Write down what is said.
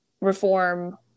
reform